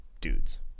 dudes